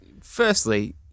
Firstly